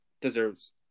deserves